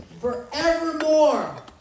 forevermore